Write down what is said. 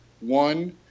one